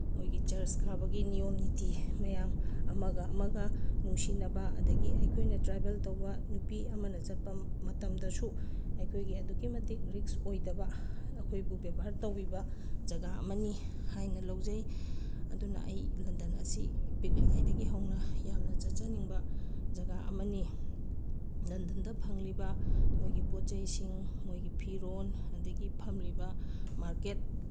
ꯃꯣꯏꯒꯤ ꯆꯔꯁ ꯀꯥꯕꯒꯤ ꯅꯤꯌꯣꯝ ꯅꯤꯇꯤ ꯃꯌꯥꯝ ꯑꯃꯒ ꯑꯃꯒ ꯅꯨꯡꯁꯤꯅꯕ ꯑꯗꯒꯤ ꯑꯩꯈꯣꯏꯅ ꯇ꯭ꯔꯥꯕꯦꯜ ꯇꯧꯕ ꯅꯨꯄꯤ ꯑꯃꯅ ꯆꯠꯄ ꯃꯇꯝꯗꯁꯨ ꯑꯩꯈꯣꯏꯒꯤ ꯑꯗꯨꯛꯀꯤ ꯃꯇꯤꯛ ꯔꯤꯛꯁ ꯑꯣꯏꯗꯕ ꯑꯩꯈꯣꯏꯕꯨ ꯕꯦꯕꯥꯔ ꯇꯧꯕꯤꯕ ꯖꯒꯥ ꯑꯃꯅꯤ ꯍꯥꯏꯅ ꯂꯧꯖꯩ ꯑꯗꯨꯅ ꯑꯩ ꯂꯟꯗꯟ ꯑꯁꯤ ꯄꯤꯛꯂꯤꯉꯥꯏꯗꯒꯤ ꯍꯧꯅ ꯌꯥꯝꯅ ꯆꯠꯆꯅꯤꯡꯕ ꯖꯒꯥ ꯑꯃꯅꯤ ꯂꯟꯗꯟꯗ ꯐꯪꯂꯤꯕ ꯃꯣꯏꯒꯤ ꯄꯣꯠ ꯆꯩꯁꯤꯡ ꯃꯣꯏꯒꯤ ꯐꯤꯔꯣꯟ ꯑꯗꯒꯤ ꯐꯝꯂꯤꯕ ꯃꯥꯔꯀꯦꯠ